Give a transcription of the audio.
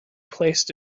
placed